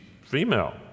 female